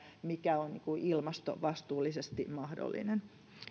mikä on ilmastovastuullisesti mahdollinen